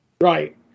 Right